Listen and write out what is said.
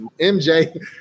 MJ